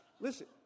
listen